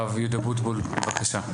הרב יהודה בוטבול בבקשה.